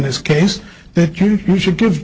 this case that you should give